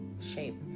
shape